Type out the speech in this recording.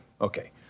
Okay